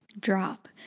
Drop